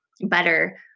better